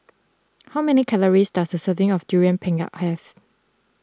how many calories does a serving of Durian Pengat have